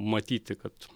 matyti kad